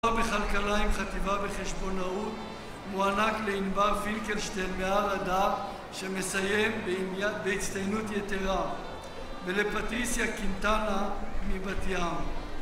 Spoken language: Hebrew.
בכלכלה עם חטיבה בחשבונאות מוענק לענבר פילקלשטיין מהר עדה שמסיים בהצטיינות יתרה, ולפטריסיה קינטנה מבת ים